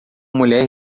mulher